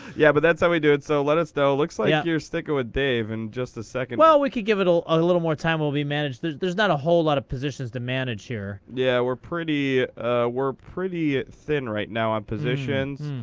yeah. but that's how we do it. so let us know. looks like you're sticking with dave in and just a second. well, we could give it ah a little more time will be managed. there's there's not a whole lot of positions to manage here. yeah. we're pretty we're pretty thin right now on positions.